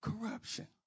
corruption